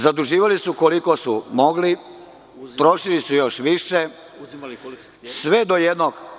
Zaduživali su koliko su mogli, trošili su još više, sve do jednog.